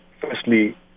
firstly